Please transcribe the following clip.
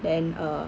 then uh